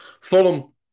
Fulham